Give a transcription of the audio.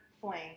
flame